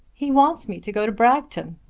he wants me to go to bragton.